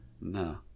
No